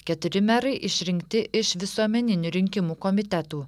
keturi merai išrinkti iš visuomeninių rinkimų komitetų